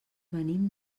venim